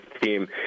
team